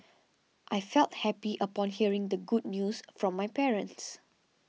I felt happy upon hearing the good news from my parents